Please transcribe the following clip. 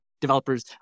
developers